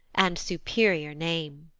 and superior name!